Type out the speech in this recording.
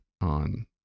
on